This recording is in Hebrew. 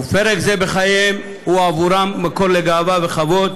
ופרק זה בחייהם הוא עבורם מקור לגאווה ולכבוד.